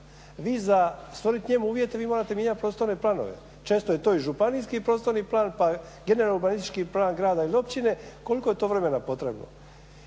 vi za stvorit njemu uvjete, vi morate mijenjati prostorne planove, često je to i županijski prostorni plan pa generalni … plan grada ili općine, koliko je to vremena potrebno?